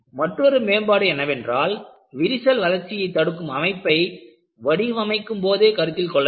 மற்றொரு மேம்பாடு என்னவென்றால் விரிசல் வளர்ச்சியை தடுக்கும் அமைப்பை வடிவமைக்கும் போதே கருத்தில் கொள்ள வேண்டும்